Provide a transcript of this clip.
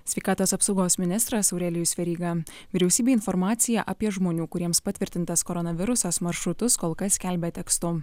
sveikatos apsaugos ministras aurelijus veryga vyriausybė informaciją apie žmonių kuriems patvirtintas koronavirusas maršrutus kol kas skelbia tekstu